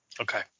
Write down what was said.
Okay